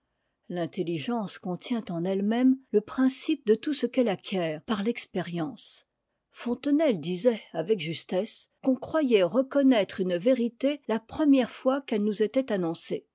l'intelligence contient en e e même le principe de tout ce qu'elle acquiert par l'expérience fontenelle disait avec justesse qu'on croyait reconmamre une ëw ë première fois qu'elle nous était annoncée